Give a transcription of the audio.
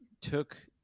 took